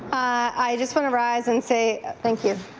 i just want to rise and say thank you